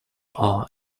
are